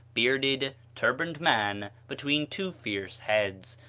bearded, turbaned man between two fierce heads,